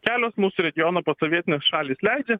kelios mūsų regiono posovietinės šalys leidžia